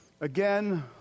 Again